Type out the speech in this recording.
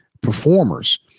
performers